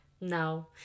No